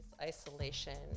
isolation